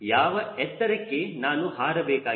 ಯಾವ ಎತ್ತರಕ್ಕೆ ನಾನು ಹಾರ ಬೇಕಾಗಿದೆ